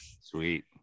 Sweet